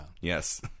Yes